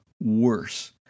worse